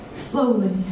slowly